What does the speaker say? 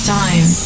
time